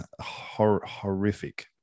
horrific